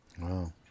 Wow